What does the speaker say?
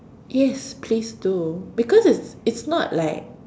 yes please do because it's it's not like